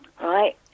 Right